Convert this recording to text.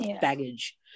baggage